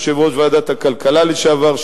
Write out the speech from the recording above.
יושב-ראש ועדת הכלכלה לשעבר,